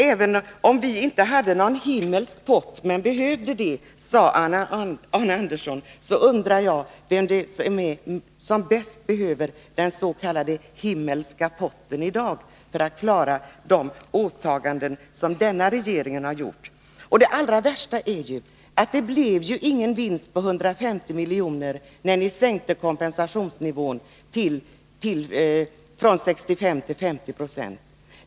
Även om vi inte har någon himmelsk pott men önskade det, som Arne Andersson sade, undrar jag vem som bäst behöver den himmelska potteni dag för att klara de åtaganden som denna regering har gjort. Det allra värsta är ju att det inte blev någon vinst på 150 milj.kr., när ni sänkte kompensationsnivån från 65 9 till 50 26.